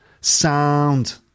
Sound